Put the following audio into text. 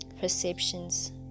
perceptions